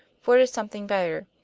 for it is something better.